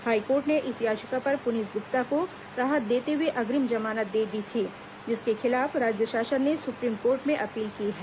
high court ने इस याचिका पर पुनीत गुप्ता को राहत देते हुए अग्रिम जमानत दे दी थी जिसके खिलाफ राज्य शासन ने सु प्रीम कोर्ट में अपील की है